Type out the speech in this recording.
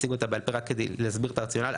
אציג אותה בעל פה רק כדי להסביר את הרציונל.